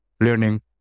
learning